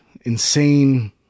insane